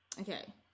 okay